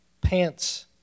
pants